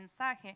mensaje